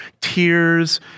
Tears